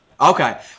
Okay